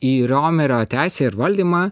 į romerio teisę ir valdymą